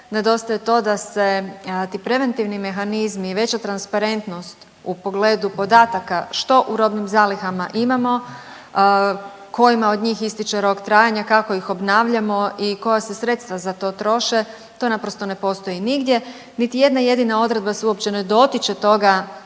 nedostaje to da se ti preventivni mehanizmi i veća transparentnost u pogledu podataka što u robnim zalihama imamo, kojima od njih istječe rok trajanja, kako ih obnavljamo i koja se sredstva za to troše to naprosto ne postoji nigdje, niti jedna jedina odredba se uopće ne dotiče toga